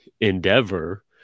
endeavor